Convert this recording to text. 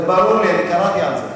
זה ברור לי, אני קראתי על זה.